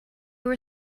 were